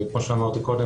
כמו שאמרתי קודם,